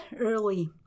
early